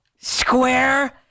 square